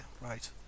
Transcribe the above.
Right